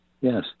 Yes